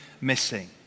missing